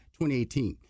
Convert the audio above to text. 2018